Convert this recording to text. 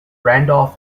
randolph